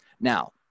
Now